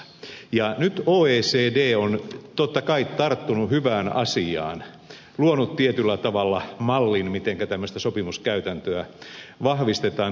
nyt oecd on totta kai tarttunut hyvään asiaan luonut tietyllä tavalla mallin mitenkä tämmöisiä sopimuskäytäntöjä vahvistetaan